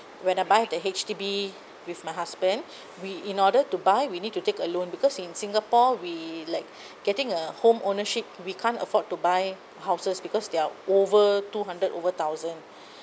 when I buy the H_D_B with my husband we in order to buy we need to take a loan because in singapore we like getting a home ownership we can't afford to buy houses because they are over two hundred over thousand